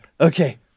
okay